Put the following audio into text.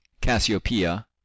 Cassiopeia